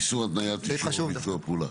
"איסור התניית אישור או ביצוע פעולה".